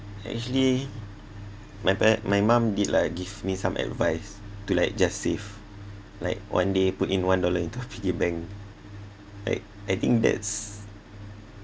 actually my par~ my mum did lah give me some advice to like just save like one day put in one dollar into piggybank like I think that's